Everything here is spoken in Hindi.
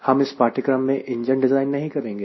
हम इस पाठ्यक्रम में इंजन डिज़ाइन नहीं करेंगे